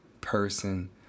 person